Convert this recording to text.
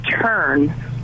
turn